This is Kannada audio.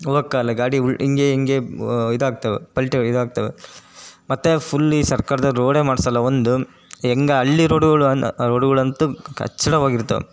ಹೋಗೋಕ್ಕಾಗಲ್ಲ ಗಾಡಿ ಉರ್ಡ್ ಹೀಗೇ ಹೀಗೇ ಇದಾಗ್ತವೆ ಪಲ್ಟಿಯಾಗಿ ಇದಾಗ್ತವೆ ಮತ್ತು ಫುಲ್ ಈ ಸರ್ಕಾರ್ದವ್ರು ರೋಡೇ ಮಾಡ್ಸೋಲ್ಲ ಒಂದು ಹೆಂಗೆ ಹಳ್ಳಿ ರೋಡುಗಳು ರೋಡುಗಳಂತೂ ಕಚ್ಚಡವಾಗಿರ್ತವೆ